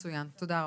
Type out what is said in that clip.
מצוין, תודה רבה.